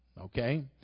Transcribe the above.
Okay